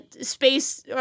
space